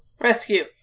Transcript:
Rescue